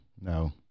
No